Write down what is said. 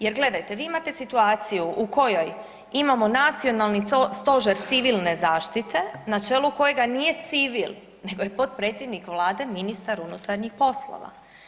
Jer gledajte, vi imate situaciju u kojoj imamo Nacionalni stožer civilne zaštite na čelu kojega nije civil nego ne potpredsjednik Vlade ministar unutarnjih poslova.